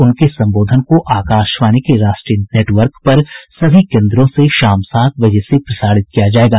उनके संबोधन को आकाशवाणी के राष्ट्रीय नेटवर्क पर सभी केन्द्रों से शाम सात बजे से प्रसारित किया जायेगा